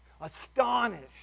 astonished